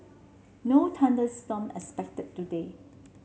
no thunder storm expected today